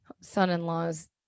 son-in-law's